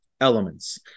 elements